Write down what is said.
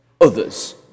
others